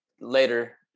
later